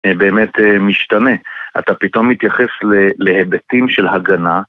באמת משתנה, אתה פתאום מתייחס להיבטים של הגנה